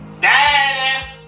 daddy